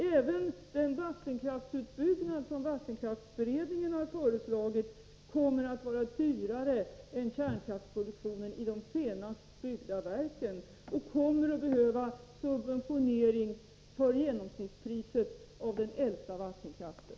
Även den vattenkraftsutbyggnad som vattenkraftsberedningen har föreslagit kommer att vara dyrare än kärnkraftsproduktionen i de senast byggda verken och kommer att behöva subventionering för genomsnittspriset av den äldsta vattenkraften.